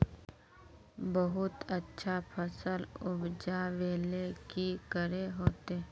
बहुत अच्छा फसल उपजावेले की करे होते?